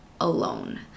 alone